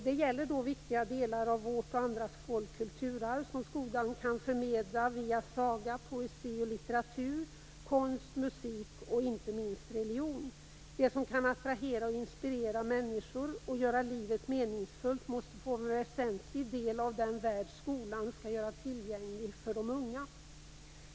Det gäller viktiga delar av vårt och andras kulturarv som skolan kan förmedla via saga, poesi, litteratur, konst, musik och inte minst religion. Det som kan attrahera och inspirera människor och göra livet meningsfullt måste vara en väsentlig del av den värld som skolan skall göra tillgänglig för de unga.